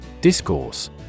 Discourse